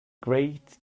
great